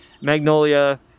Magnolia